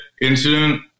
incident